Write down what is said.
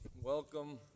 Welcome